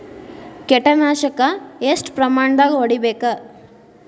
ಕೇಟ ನಾಶಕ ಎಷ್ಟ ಪ್ರಮಾಣದಾಗ್ ಹೊಡಿಬೇಕ?